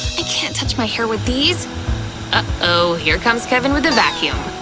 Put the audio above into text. i can't touch my hair with these! ah oh, here comes kevin with the vacuum.